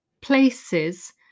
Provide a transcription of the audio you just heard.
places